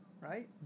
right